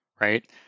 right